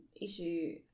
issue